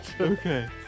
Okay